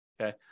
Okay